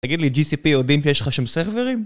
תגיד לי, GCP יודעים שיש לך שם סרברים?